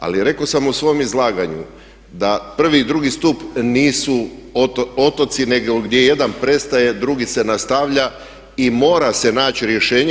Ali rekao sam u svom izlaganju da prvi i drugi stup nisu otoci, nego gdje jedan prestaje drugi se nastavlja i mora se naći rješenje.